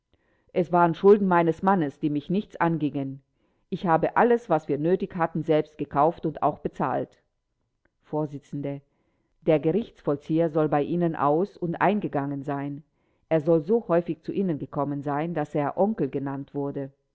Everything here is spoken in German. es waren schulden meines mannes die mich nichts angingen ich habe alles was wir nötig hatten selbst gekauft und auch bezahlt vors der gerichtsvollzieher soll bei ihnen aus und eingegangen sein er soll so häufig zu ihnen gekommen sein daß er onkel genannt wurde